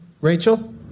Rachel